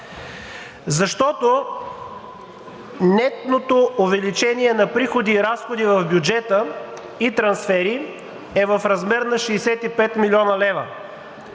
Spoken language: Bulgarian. Защото нетното увеличение на приходи и разходи в бюджета и трансфери е в размер на 65 млн. лв.